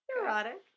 Erotic